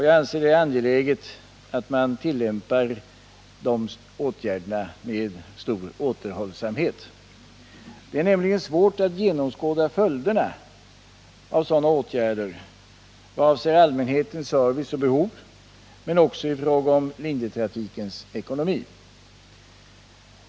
Jag anser det angeläget att man tillämpar de åtgärderna med stor återhållsamhet. Det är nämligen svårt att genomskåda följderna av sådana åtgärder vad avser allmänhetens service och behov men också i fråga om linjetrafikens ekonomi.